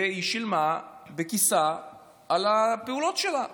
והיא שילמה בכיסאה על הפעולות שלה בכלכלה.